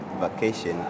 vacation